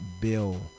bill